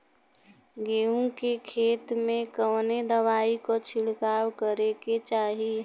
गेहूँ के खेत मे कवने दवाई क छिड़काव करे के चाही?